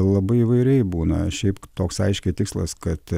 labai įvairiai būna šiaip toks aiškiai tikslas kad